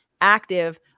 active